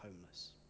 homeless